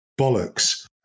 bollocks